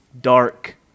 dark